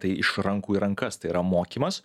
tai iš rankų į rankas tai yra mokymas